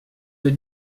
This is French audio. êtes